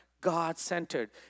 God-centered